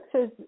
says